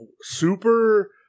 Super